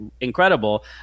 incredible